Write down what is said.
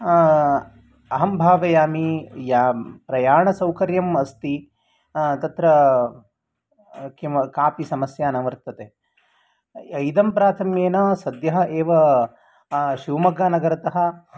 अहं भावयामि या प्रयाणसौकर्यम् अस्ति तत्र कापि समस्या न वर्तते इदं प्राथम्येन सद्यः एव शिवमोग्गानगरतः